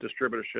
distributorship